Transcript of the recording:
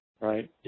right